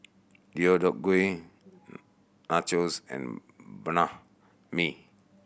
Deodeok Gui Nachos and Banh Mi